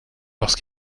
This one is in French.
parce